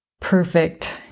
perfect